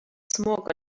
smoke